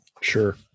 Sure